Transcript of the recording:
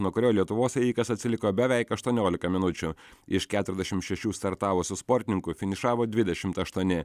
nuo kurio lietuvos ėjikas atsiliko beveik aštuoniolika minučių iš keturiasdešim šešių startavusių sportininkų finišavo dvidešimt aštuoni